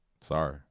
sorry